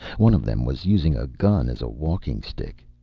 one of them was using a gun as a walking-stick.